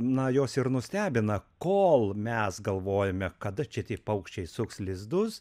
na jos ir nustebina kol mes galvojame kada čia tie paukščiai suks lizdus